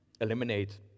eliminate